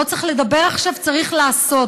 לא צריך לדבר עכשיו, צריך לעשות.